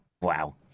Wow